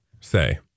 say